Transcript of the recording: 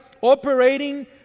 operating